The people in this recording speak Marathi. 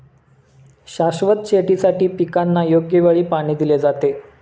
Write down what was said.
शाश्वत शेतीसाठी पिकांना योग्य वेळी पाणी दिले जाते